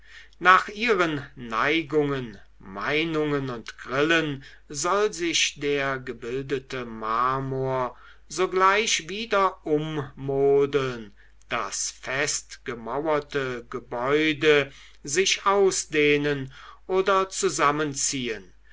nach ihren neigungen meinungen und grillen soll sich der gebildete marmor sogleich wieder ummodeln das festgemauerte gebäude sich ausdehnen oder zusammenziehen